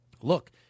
Look